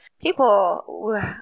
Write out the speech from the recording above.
people